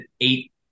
eight